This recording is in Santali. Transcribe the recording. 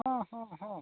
ᱦᱮᱸ ᱦᱮᱸ ᱦᱮᱸ